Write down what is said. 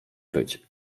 być